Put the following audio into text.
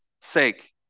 sake